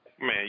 Man